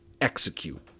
execute